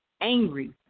angry